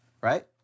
right